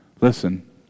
Listen